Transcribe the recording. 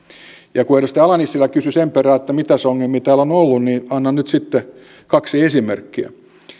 kun edustaja ala nissilä kysyi sen perään että mitäs ongelmia täällä on ollut niin annan nyt sitten kaksi esimerkkiä